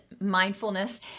mindfulness